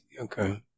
Okay